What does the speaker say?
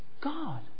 God